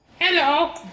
Hello